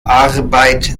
arbeit